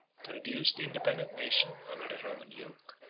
to reduce the independent nation under the roman yoke.